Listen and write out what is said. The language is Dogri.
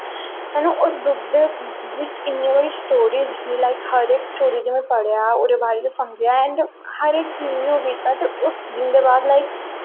हैना उस बुक दे बिच्च इन्नी बड़ी स्टोरीस ही लाई हर इक स्टोरी गी में पढ़ेआ ओह्दे बारे च समझेआ ऐंड हर इक चीज़ गी ओह् कीता उस दिन बाद लाईक